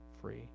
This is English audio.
free